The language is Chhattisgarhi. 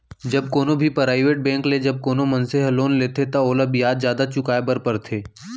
जब कोनो भी पराइबेट बेंक ले जब कोनो मनसे ह लोन लेथे त ओला बियाज जादा चुकाय बर परथे